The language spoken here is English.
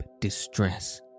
distress